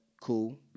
cool